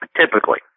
typically